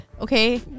okay